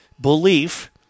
belief